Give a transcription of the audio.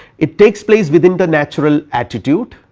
it takes place within the natural attitude.